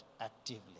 actively